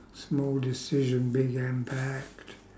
small decision big impact